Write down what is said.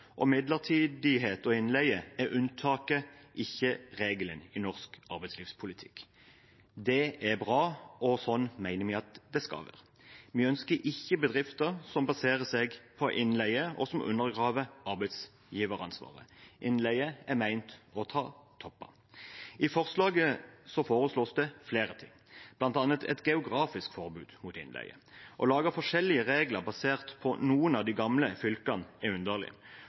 og midlertidighet og innleie er unntaket, ikke regelen i norsk arbeidslivspolitikk. Det er bra, og sånn mener vi at det skal være. Vi ønsker ikke bedrifter som baserer seg på innleie, og som undergraver arbeidsgiveransvaret. Innleie er ment for å ta toppene. I de to sakene foreslås flere ting, bl.a. et geografisk forbud mot innleie. Å lage forskjellige regler basert på noen av de gamle fylkene er underlig,